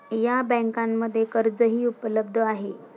या बँकांमध्ये कर्जही उपलब्ध आहे